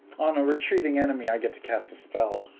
on a retreating enemy, i get to cast a spell.